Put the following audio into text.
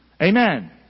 Amen